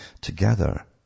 together